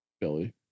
Billy